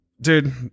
dude